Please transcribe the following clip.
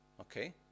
Okay